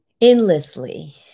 endlessly